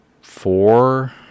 four